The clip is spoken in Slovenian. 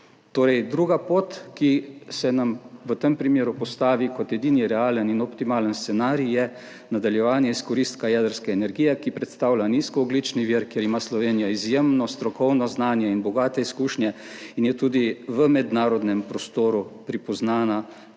Druga pot, ki se nam v tem primeru postavi kot edini realen in optimalen scenarij, je nadaljevanje izkoristka jedrske energije, ki predstavlja nizkoogljični vir, kjer ima Slovenija izjemno strokovno znanje in bogate izkušnje in je tudi v mednarodnem prostoru prepoznana